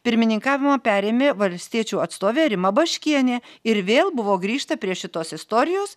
pirmininkavimą perėmė valstiečių atstovė rima baškienė ir vėl buvo grįžta prie šitos istorijos